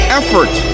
effort